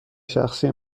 شخصی